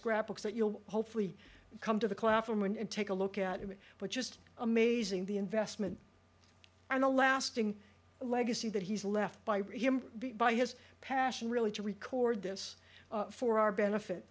scrap books that you'll hopefully come to the classroom and take a look at it but just amazing the investment and a lasting legacy that he's left by him by his passion really to record this for our benefit